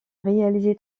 réalisé